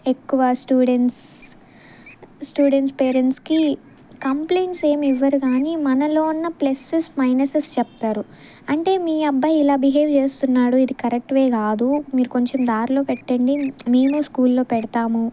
ఎక్కువ students students పేరెంట్స్కి complaints ఏమి ఇవ్వరు కానీ మనలో ఉన్న ప్లసేస్ మైనెసెస్ చెప్తారు అంటే మీ అబ్బాయి ఇలా బిహేవ్ చేస్తున్నాడు ఇది కరెక్ట్ వే కాదు మీరు కొంచెం దారిలో పెట్టండి మేము స్కూల్లో పెడతాము